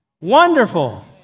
Wonderful